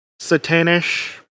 Satanish